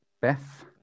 Beth